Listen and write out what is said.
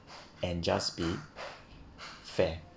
and just be fair